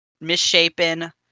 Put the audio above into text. misshapen